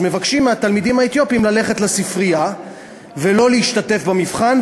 מבקשים מהתלמידים האתיופים ללכת לספרייה ולא להשתתף במבחן,